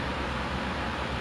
like uh